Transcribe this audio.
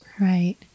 right